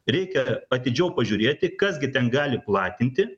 reikia atidžiau pažiūrėti kas gi ten gali platinti